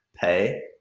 pay